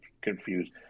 confused